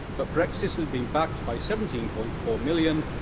but brexit had been backed by seventeen point four million,